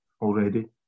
already